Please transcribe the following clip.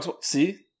See